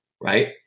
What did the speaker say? Right